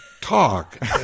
talk